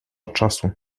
czasu